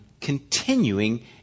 continuing